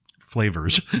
flavors